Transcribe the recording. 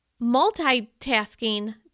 multitasking